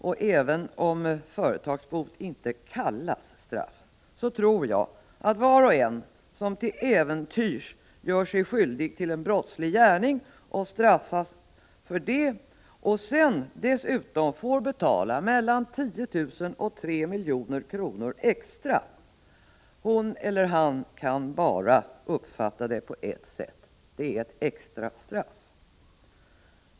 Och även om företagsbot inte kallas straff, så tror jag att var och en som till äventyrs gör sig skyldig till en brottslig gärning och straffas för det samt dessutom får betala mellan 10 000 kr. och 3 milj.kr. extra bara kan uppfatta det på ett enda sätt: det är ett extrastraff.